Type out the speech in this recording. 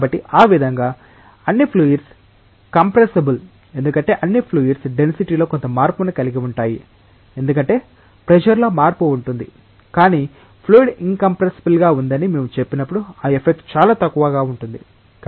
కాబట్టి ఆ విధంగా అన్ని ఫ్లూయిడ్స్ కంప్రెస్సబుల్ ఎందుకంటే అన్ని ఫ్లూయిడ్స్ డెన్సిటీలో కొంత మార్పును కలిగి ఉంటాయి ఎందుకంటే ప్రెషర్ లో మార్పు ఉంటుంది కాని ఫ్లూయిడ్ ఇన్కంప్రెస్సబుల్ గా ఉందని మేము చెప్పినప్పుడు ఆ ఎఫెక్ట్ చాలా తక్కువగా ఉంటుంది